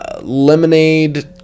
Lemonade